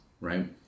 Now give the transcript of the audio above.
right